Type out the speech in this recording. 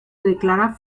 declara